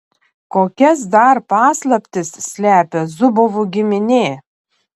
kokias dar paslaptis slepia zubovų giminė